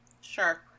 sure